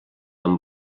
amb